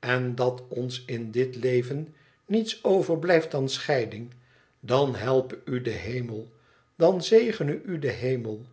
en dat ons in dit leven niets overblijft dan scheiding dan helpe u de hemel dan zegene u de hemel